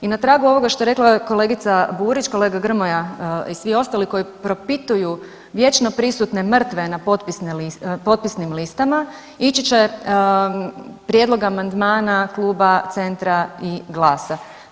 I na tragu ovoga što je rekla kolegica Burić, kolega Grmoja i svi ostali koji propituju vječno prisutne mrtve na potpisne, potpisnim listama ići će prijedlog amandmana Kluba Centra i GLAS-a.